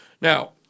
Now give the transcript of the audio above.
Now